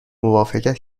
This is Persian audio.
موافقت